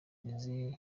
izi